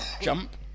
jump